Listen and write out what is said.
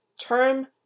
term